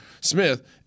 Smith